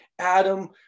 Adam